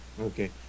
okay